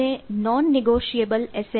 જેને non negotiable S